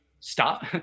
stop